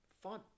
fun